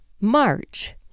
March